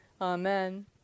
Amen